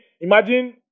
Imagine